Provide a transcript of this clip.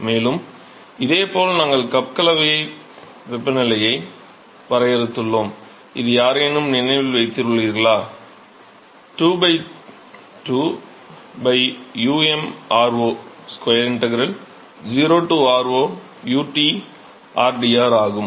மேலும் இதேபோல் நாங்கள் கப் கலவை வெப்பநிலையை வரையறுத்துள்ளோம் இது யாரேனும் நினைவில் வைத்துள்ளீர்களா 2 2 U m r0 square integral 0 r0 u T rdr ஆகும்